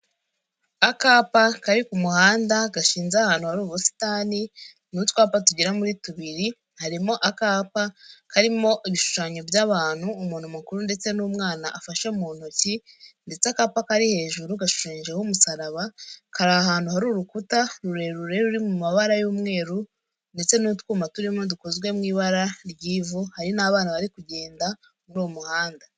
Akapa kari ku muhanda gashinze ahantu hari ubusitani, ni utwapa tugera muri tubiri, harimo akapa karimo ibishushanyo by'abantu, umuntu mukuru ndetse n'umwana afashe mu ntoki ndetse akapa kari hejuru gashushanyijeho umusaraba, kari ahantu hari urukuta rurerure ruri mu mabara y'umweru ndetse n'utwuma turimo dukozwe mu ibara ry'ivu, hari n'abana bari kugenda muri uwo muhanda.